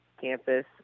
campus